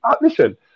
listen